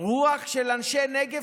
הרוח של אנשי נגב,